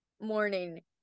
Morning